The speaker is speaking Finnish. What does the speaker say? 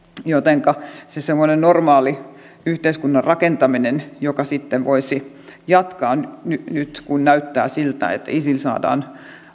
näistä joiden tuella semmoinen normaali yhteiskunnan rakentaminen jota sitten voisi jatkaa pystyisi paremmin toteutumaan nyt kun näyttää siltä että isil saadaan